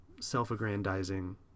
self-aggrandizing